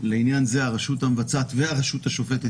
לעניין זה הרשות המבצעת והרשות השופטת